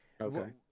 okay